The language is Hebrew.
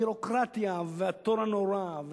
הביורוקרטיה והתור הנורא,